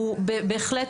הוא בהחלט,